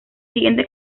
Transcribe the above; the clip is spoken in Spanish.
siguiente